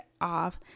off